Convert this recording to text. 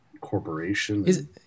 corporation